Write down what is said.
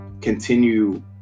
continue